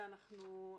בסדר, אני מקבל.